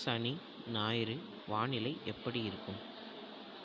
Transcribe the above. சனி ஞாயிறு வானிலை எப்படி இருக்கும்